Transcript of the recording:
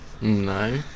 No